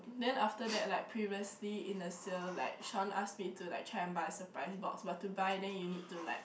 then after that like previously in a sale like Shawn ask me to like try and buy a surprise box but to buy then you need to like